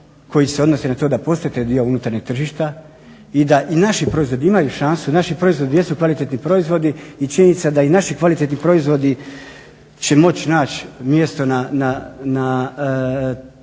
koji se odnose na to da postoji taj dio unutarnjeg tržišta i da i naši proizvodi imaju šansu, naši proizvodi jesu kvalitetni proizvodni i činjenica da i naši kvalitetni proizvodi će moći naći mjesto na policama